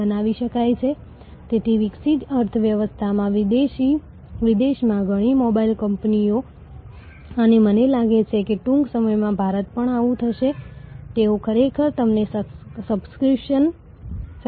તેથી જો આપણે ઉદાહરણ તરીકે ક્રેડિટ કાર્ડ અથવા મોબાઇલ સેવા લઈએ તો આવક એ તમારી એપ્લિકેશન ફી વત્તા પ્રારંભિક ખરીદી અને વત્તા પુનરાવર્તિત આવક છે અને ખર્ચ માર્કેટિંગ અને ક્રેડિટ ચેક એકાઉન્ટ સેટઅપ વગેરે હશે